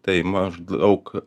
tai maždaug